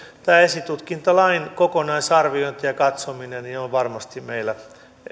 tämä esitutkintalain kokonaisarviointi ja katsominen on varmasti meillä